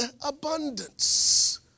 abundance